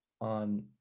on